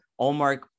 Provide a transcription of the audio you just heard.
Allmark